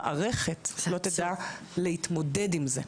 המערכת לא תדע להתמודד עם זה.